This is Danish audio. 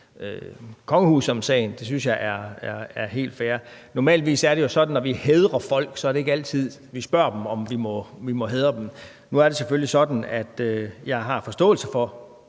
kongehuset om sagen; det synes jeg er helt fair. Normalvis er det jo sådan, at når vi hædrer folk, er det ikke altid, vi spørger dem, om vi må hædre dem. Nu er det selvfølgelig sådan, at jeg har forståelse for